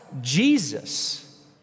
Jesus